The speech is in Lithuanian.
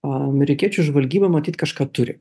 amerikiečių žvalgyba matyt kažką turi